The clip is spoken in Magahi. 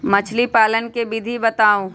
मछली पालन के विधि बताऊँ?